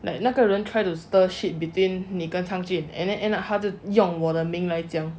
like 那个人 try to stir shit between 你跟 tang jin and then end up 他是用我的明来讲 ah ya you guy who was the to say it was it mandy or was it